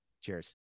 Cheers